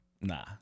nah